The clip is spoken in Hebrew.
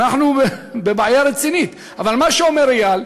אנחנו בבעיה רצינית, אבל מה שאומר איל,